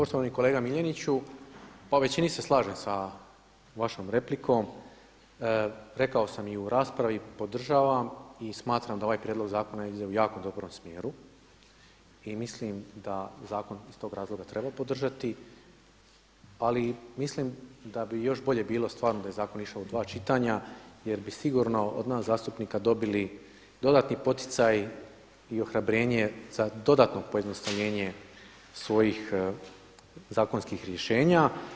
Poštovani kolega Miljeniću, pa u većini se slažem sa vašom replikom, rekao sam i u raspravi, podržavam i smatram da ovaj prijedlog zakona ide u jako dobrom smjeru i mislim da zakon iz tog razloga treba podržati ali i mislim da bi još bolje bilo stvarno da je zakon išao u dva čitanja jer bi sigurno od nas zastupnika dobili dodatni poticaj i ohrabrenje za dodatno pojednostavljenje svojih zakonskih rješenja.